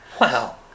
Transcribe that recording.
Wow